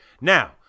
Now